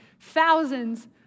thousands